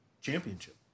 championship